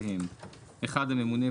והם: הממונה,